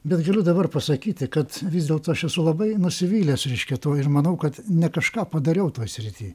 bet galiu dabar pasakyti kad vis dėlto aš esu labai nusivylęs reiškia tuo ir manau kad ne kažką padariau toj srity